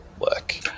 work